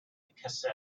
kassel